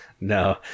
No